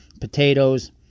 potatoes